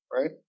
right